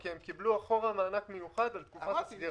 כי הם קיבלו אחורה מענק מיוחד על תקופת הסגירה.